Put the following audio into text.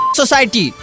society